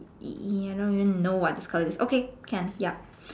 ya I don't even know what this color is okay can yup